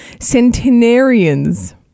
Centenarians